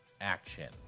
action